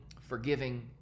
forgiving